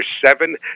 seven